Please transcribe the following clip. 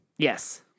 Yes